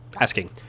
asking